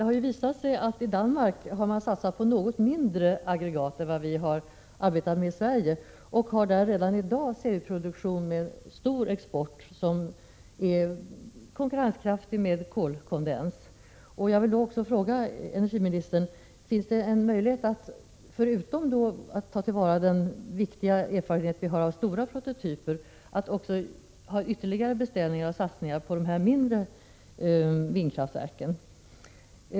Herr talman! I Danmark har man satsat på aggregat som är något mindre än dem som vi har arbetat med i Sverige. Där har man redan i dag en serieproduktion och en stor export som är konkurrenskraftig i jämförelse med kolkondenskraften. Jag vill fråga energiministern: Finns det — förutom att ta till vara den viktiga erfarenhet som vi har av stora prototyper — en möjlighet till ytterligare beställningar och satsningar på dessa mindre vindkraftverk?